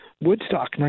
woodstock